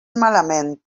malament